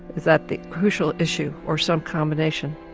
is that the crucial issue, or some combination?